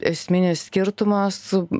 esminis skirtumas